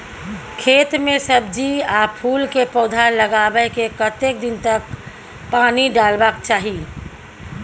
खेत मे सब्जी आ फूल के पौधा लगाबै के कतेक दिन तक पानी डालबाक चाही?